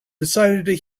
decided